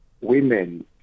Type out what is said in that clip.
women